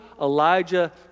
Elijah